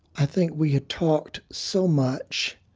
i think we had talked so much,